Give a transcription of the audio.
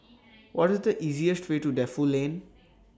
What IS The easiest Way to Defu Lane